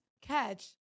Catch